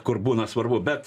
kur būna svarbu bet